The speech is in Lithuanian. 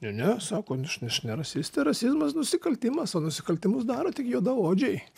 ne ne sako aš ne rasistė rasizmas nusikaltimas o nusikaltimus daro tik juodaodžiai